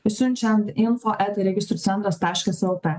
siunčiant info eta registrų centras taškas lt